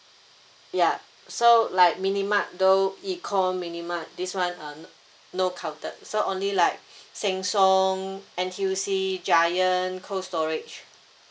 ya so like minimart though it call minimart this one are not no counted so only like sheng siong N_T_U_C giant cold storage